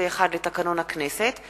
121 לתקנון הכנסת,